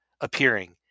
appearing